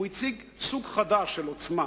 הוא הציג סוג חדש של עוצמה,